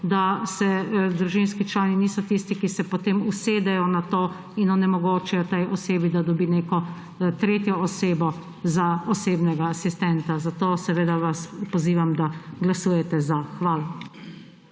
da družinski člani niso tisti, ki se potem usedejo na to in onemogočijo tej osebi, da dobi neko tretjo osebo za osebnega asistenta. Zato vas pozivam, da glasujete za. Hvala.